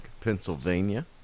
Pennsylvania